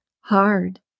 Hard